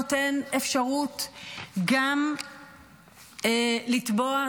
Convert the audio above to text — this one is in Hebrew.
נותן אפשרות גם לתבוע,